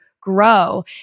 grow